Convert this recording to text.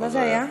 מה זה היה?